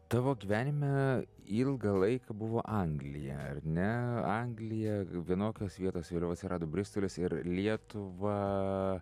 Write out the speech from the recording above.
tavo gyvenime ilgą laiką buvo anglija ar ne anglija vienokios vietos vėliau atsirado bristolis ir lietuva